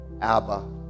Abba